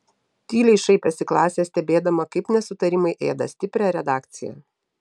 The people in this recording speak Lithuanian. tyliai šaipėsi klasė stebėdama kaip nesutarimai ėda stiprią redakciją